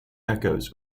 echoes